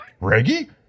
Reggie